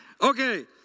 Okay